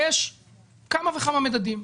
יש כמה וכמה מדדים.